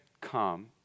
come